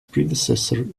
predecessor